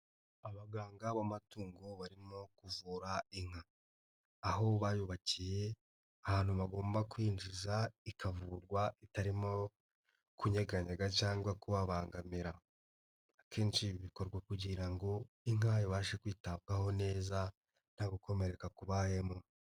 Abaganga b'amatungo barimo kuvura inka aho bayubakiye ahantu bagomba kwinjiza ikavurwa itarimo kunyeganyega cyangwa kubangamira akenshi ibi bikorwa kugira ngo inka ibashe kwitabwaho neza nta gukomereka kubamo.